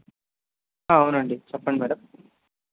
అవునండి చెప్పండి మ్యాడమ్